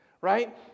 right